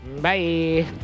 bye